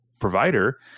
provider